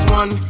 one